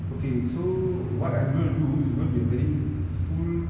okay so what I'm going to do is going to be a very full